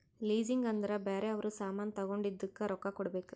leasing ಅಂದುರ್ ಬ್ಯಾರೆ ಅವ್ರ ಸಾಮಾನ್ ತಗೊಂಡಿದ್ದುಕ್ ರೊಕ್ಕಾ ಕೊಡ್ಬೇಕ್